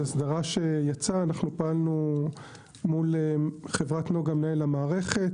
בהסדרה שיצאה פעלנו מול חברת נגה מנהל המערכת,